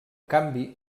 canvi